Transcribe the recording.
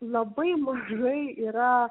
labai mažai yra